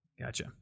Gotcha